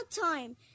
time